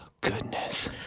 Goodness